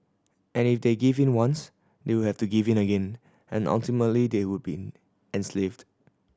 and if they give in once they would have to give in again and ultimately they would be enslaved